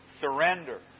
surrender